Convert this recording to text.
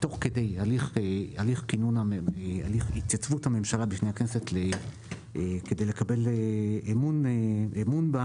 תוך כדי הליך התייצבות הממשלה בפני הכנסת כדי לקבל אמון בה,